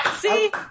See